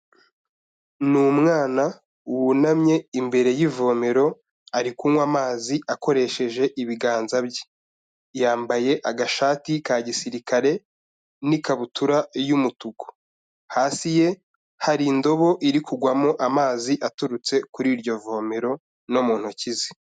Ni umwana wunamye imbere y'ivomero, ari kunywa amazi akoresheje ibiganza bye. Yambaye agashati ka gisirikare n'ikabutura y'umutuku. Hasi ye hari indobo iri kugwamo amazi aturutse kuri iryo vomero no mu ntoki ze.